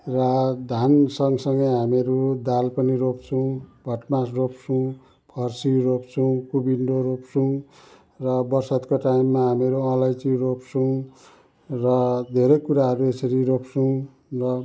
र धान सँगसँगै हामीहरू दाल पनि रोप्छौँ भट्मास रोप्छौँ फर्सी रोप्छौँ कुभिन्डो रोप्छौँ र बरसातको टाइममा हामीहरू अलैँची रोप्छौँ र धेरै कुराहरू यसरी रोप्छौँ ल